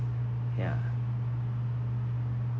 ya